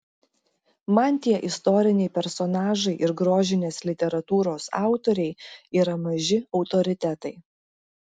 man tie istoriniai personažai ir grožinės literatūros autoriai yra maži autoritetai